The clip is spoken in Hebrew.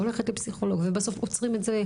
הולכת לפסיכולוג ובסוף עוצרים את זה,